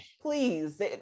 Please